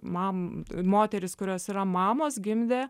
man moterys kurios yra mamos gimdė